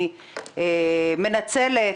שאני מנצלת.